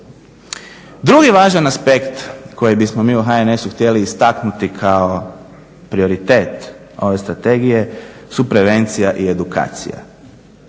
Drugi važan aspekt kojeg bismo mi u HNS-u htjeli istaknuti kao prioritet ove strategije su prevencija i edukacija.